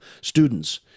students